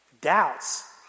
Doubts